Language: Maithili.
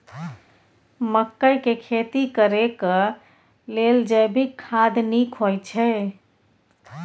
मकई के खेती करेक लेल जैविक खाद नीक होयछै?